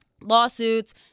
Lawsuits